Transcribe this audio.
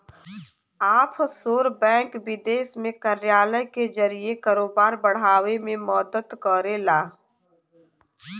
offshore bank विदेश में कार्यालय के जरिए कारोबार बढ़ावे में मदद करला